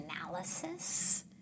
analysis